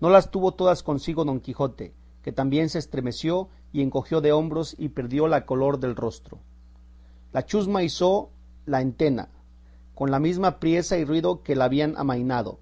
no las tuvo todas consigo don quijote que también se estremeció y encogió de hombros y perdió la color del rostro la chusma izó la entena con la misma priesa y ruido que la habían amainado